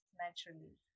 naturally